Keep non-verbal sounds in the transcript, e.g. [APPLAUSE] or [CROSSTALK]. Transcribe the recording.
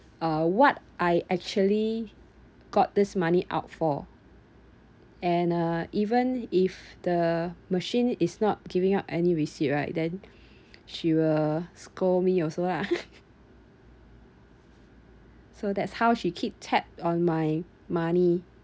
uh what I actually got this money out for and uh even if the machine is not giving out any receipt right then she will scold me also lah [LAUGHS] so that's how she keep tabs on my money